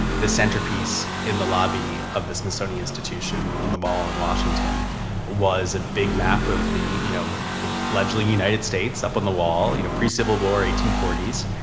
the centerpiece in the lobby of the smithsonian institution on the mall in washington was a big map of the you know fledgling united states up on the wall, you know pre-civil war eighteen forty s.